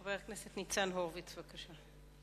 חבר הכנסת ניצן הורוביץ, בבקשה.